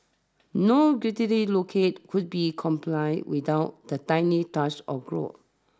no guiltily locate could be complain without the tiny touch of gore